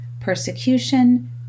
Persecution